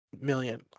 million